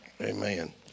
amen